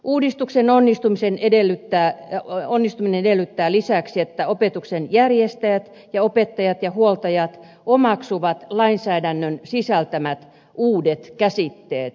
uudistuksen onnistuminen edellyttää lisäksi että opetuksen järjestäjät ja opettajat ja huoltajat omaksuvat lainsäädännön sisältämät uudet käsitteet